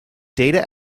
data